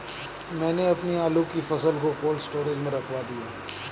मैंने अपनी आलू की फसल को कोल्ड स्टोरेज में रखवा दिया